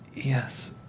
Yes